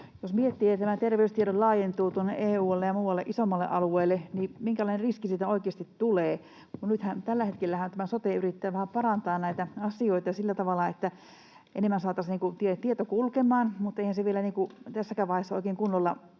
Jos miettii, että terveystiedot laajentuvat tuonne EU-alueelle ja muualle isommalle alueelle, niin minkälainen riski siitä oikeasti tulee? Nyt tällä hetkellähän tämä sote yrittää vähän parantaa näitä asioita sillä tavalla, että enemmän saataisiin tietoa kulkemaan — mutta eihän se vielä tässäkään vaiheessa oikein kunnolla